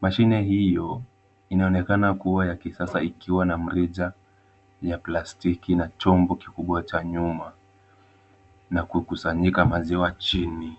Mashine hiyo inaonekana kuwa ya kisasa ikiwa na mrija ya plastiki na chombo kikubwa cha nyuma, na kukusanyika maziwa chini.